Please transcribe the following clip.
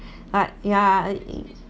but yeah